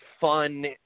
fun